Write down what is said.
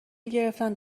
گرفتن